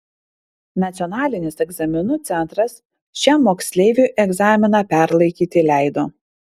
nacionalinis egzaminų centras šiam moksleiviui egzaminą perlaikyti leido